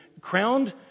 crowned